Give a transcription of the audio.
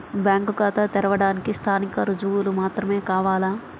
Bank ఖాతా తెరవడానికి స్థానిక రుజువులు మాత్రమే కావాలా?